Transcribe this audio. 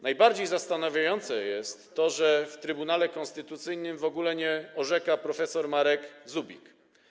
Najbardziej zastanawiające jest to, że w Trybunale Konstytucyjnym w ogóle nie orzeka prof. Marek Zubik.